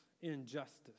injustice